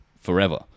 forever